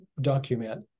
document